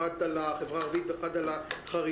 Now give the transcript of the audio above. אחת על החברה הערבית ואחת על החרדים.